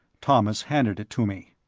thomas handed it to me.